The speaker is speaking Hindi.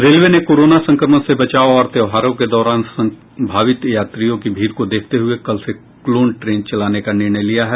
रेलवे ने कोरोना संक्रमण से बचाव और त्योहारों के दौरान संभावित यात्रियों की भीड़ को देखते हुये कल से क्लोन ट्रेन चलाने का निर्णय लिया है